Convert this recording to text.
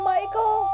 Michael